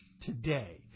today